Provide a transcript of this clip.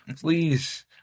Please